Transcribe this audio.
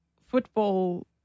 football